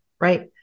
Right